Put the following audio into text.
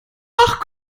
nach